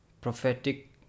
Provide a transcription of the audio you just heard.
prophetic